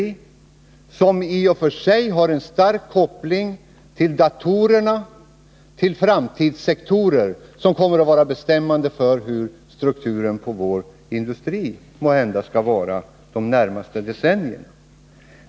Denna industri har i och för sig en stark koppling till datorerna, till framtidssektorer, som måhända kommer att vara bestämmande för strukturen på vår industri de närmaste decennierna.